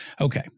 Okay